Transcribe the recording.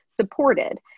supported